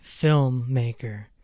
filmmaker